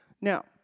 Now